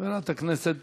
חברת הכנסת